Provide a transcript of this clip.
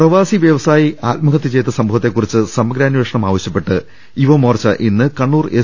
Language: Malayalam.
പ്രവാസി വ്യവസായി ആത്മഹത്യ ചെയതിസ്ംഭവത്തെക്കുറിച്ച് സമഗ്ര അന്വേഷണം ആവശ്യപ്പെട്ട് യുവമോർച്ച ഇന്ന് കണ്ണൂർ എസ്